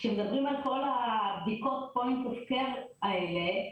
כשמדברים על הקורונה הבדיקות פוינט אוף קר האלה,